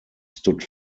stood